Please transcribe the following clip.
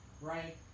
Right